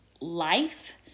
life